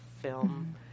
film